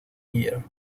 year